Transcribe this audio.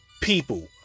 people